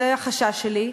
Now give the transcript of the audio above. זה החשש שלי,